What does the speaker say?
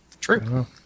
true